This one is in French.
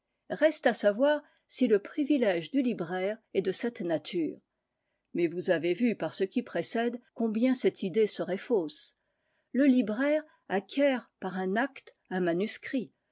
reste à savoir si le privilège du libraire est de cette nature mais vous avez vu par ce qui précède combien cette idée serait fausse le libraire acquiert par un acte un manuscrit